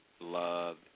love